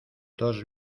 dos